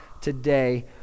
today